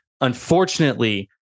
unfortunately